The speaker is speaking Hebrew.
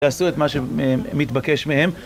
יעשו את מה שמתבקש מהם